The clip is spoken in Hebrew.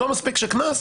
לא מספיק קנס?